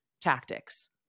tactics